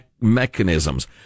mechanisms